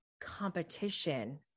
competition